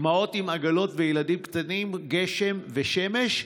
אימהות עם עגלות וילדים קטנים, בגשם ובשמש.